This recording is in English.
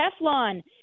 Teflon